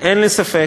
אין לי ספק